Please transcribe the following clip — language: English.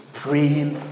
praying